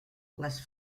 les